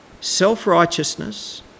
Self-righteousness